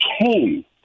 came